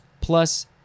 plus